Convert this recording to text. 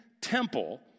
temple